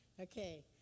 Okay